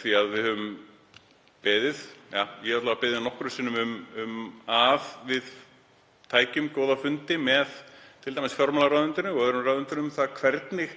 því að við höfum beðið, ja, ég hef alla vega beðið nokkrum sinnum, um að við tækjum góða fundi með t.d. fjármálaráðuneytinu og öðrum ráðuneytum um það hvernig